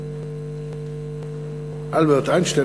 אלברט איינשטיין,